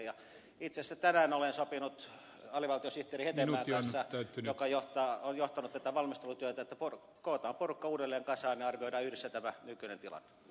itse asiassa tänään olen sopinut alivaltiosihteeri hetemäen kanssa joka on johtanut tätä valmistelutyötä että kootaan porukka uudelleen kasaan ja arvioidaan yhdessä tämä nykyinen tilanne